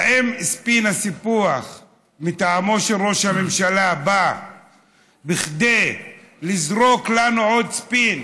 האם ספין הסיפוח מטעמו של ראש הממשלה בא בכדי לזרוק לנו עוד ספין,